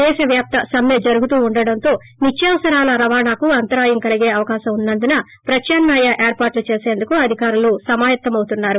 దేశ వ్యాప్త సమ్మె జరుగుతూ ఉండడంతో నిత్యావసరాల రవాణాకు అంతరాయం కలిగే అవకాశం ఉన్నందున ప్రత్యామ్నాయ ఏర్పాట్లు చేసందుకు అధికారులు సమాయత్తమవుతున్నారు